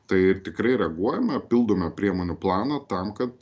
tai ir tikrai reaguojame pildome priemonių planą tam kad